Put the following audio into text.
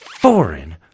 foreign